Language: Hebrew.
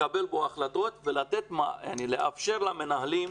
לקבל החלטות ולאפשר למנהלים,